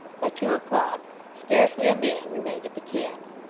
by two o'clock scarcely a man remained at the camp.